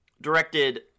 directed